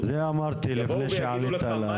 --- את זה אמרתי לפני שעלית לזום.